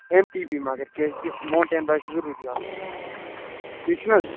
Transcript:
M T B مگر کیٛازِ کہِ موٹین بایِک چھ ضروٗری آسٕنۍ ٹھیٖک چھُنہٕ حظ